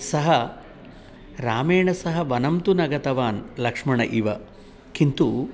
सः रामेण सह वनं तु न गतवान् लक्ष्मण इव किन्तु